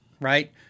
right